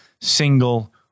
single